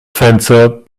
fencer